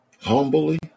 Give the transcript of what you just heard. Humbly